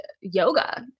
yoga